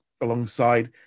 alongside